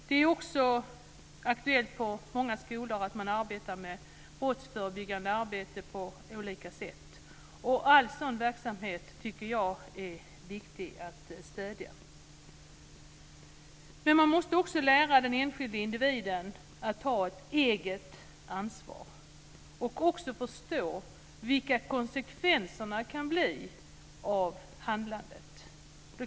Det är också aktuellt på många skolor att man arbetar med brottsförebyggande arbete på olika sätt. All sådan verksamhet är viktig att stödja. Men man måste också lära den enskilda individen att ta ett eget ansvar och också förstå vilka konsekvenserna kan bli av handlandet.